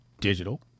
digital